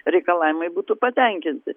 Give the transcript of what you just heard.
reikalavimai būtų patenkinti